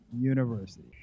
University